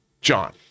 John